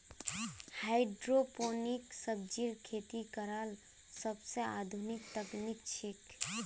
hydroponic सब्जिर खेती करला सोबसे आधुनिक तकनीक छिके